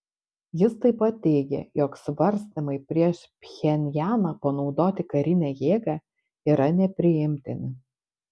jis taip pat teigė jog svarstymai prieš pchenjaną panaudoti karinę jėgą yra nepriimtini